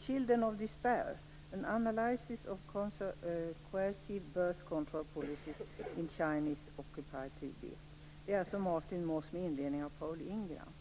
Children of dispair Chinese occupied Tibet av Martin Moss och med inledning av Paul Ingram.